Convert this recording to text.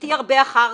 בתי הרבה אחר כך.